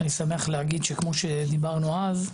אני שמח להגיד שכמו שדיברנו אז,